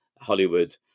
Hollywood